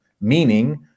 meaning